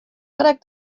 brekt